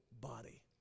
body